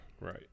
Right